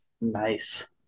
Nice